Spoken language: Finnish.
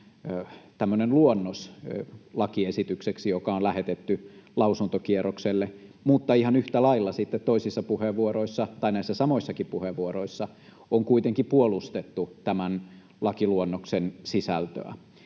luonnos lakiesitykseksi, joka on lähetetty lausuntokierrokselle. Mutta ihan yhtä lailla toisissa puheenvuoroissa — tai näissä samoissakin puheenvuoroissa — on kuitenkin puolustettu tämän lakiluonnoksen sisältöä.